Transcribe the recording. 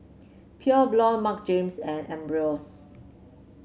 Pure Blonde Marc Jacobs and Ambros